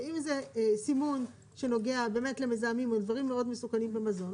ואם זה סימון שנוגע באמת למזהמים או לדברים מאוד מסוכנים במזון,